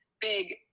big